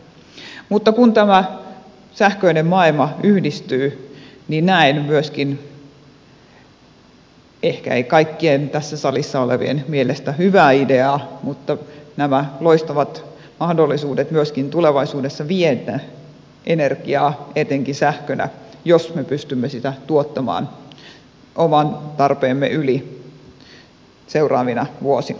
mutta kun tämä sähköinen maailma yhdistyy niin näen myöskin ehkä ei kaikkien tässä salissa olevien mielestä hyvä idea nämä loistavat mahdollisuudet tulevaisuudessa myöskin viedä energiaa etenkin sähkönä jos me pystymme sitä tuottamaan oman tarpeemme yli seuraavina vuosina